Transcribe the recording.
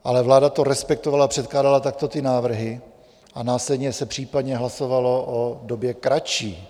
Ale vláda to respektovala, předkládala takto ty návrhy a následně se případně hlasovalo o době kratší.